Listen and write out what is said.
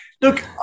Look